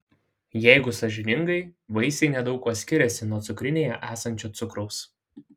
jeigu sąžiningai vaisiai nedaug kuo skiriasi nuo cukrinėje esančio cukraus